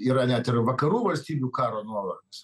yra net ir vakarų valstybių karo nuovargis